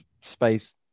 space